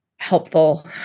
Helpful